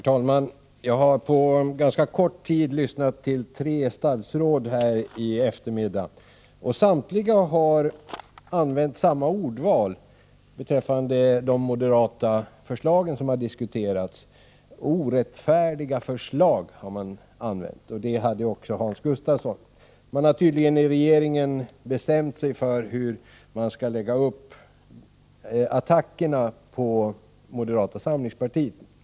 Herr talman! Jag har på ganska kort tid lyssnat till tre statsråd här i eftermiddag. Samtliga har använt samma ordval beträffande de moderata förslag som har diskuterats: orättfärdiga förslag, har man sagt, och det sade också Hans Gustafsson. Man har tydligen i regeringen bestämt sig för hur man skall lägga upp attackerna på moderata samlingspartiet.